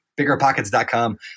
biggerpockets.com